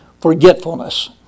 forgetfulness